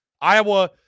Iowa